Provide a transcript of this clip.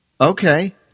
Okay